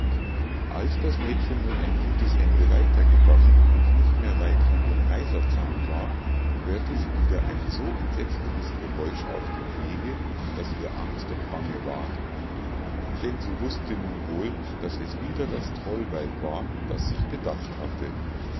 als das mädchen nun ein gutes ende weiter gegangen und nicht mehr weit von dem reiserzaun war hörte sie wieder ein so entsetzliches geräusch auf dem wege daß ihr angst und bange ward denn sie wußte nun wohl daß es wieder das trollweib war das sich bedacht hatte